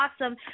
awesome